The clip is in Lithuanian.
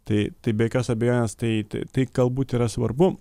tai tai be jokios abejonės tai tai galbūt yra svarbu